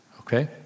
Okay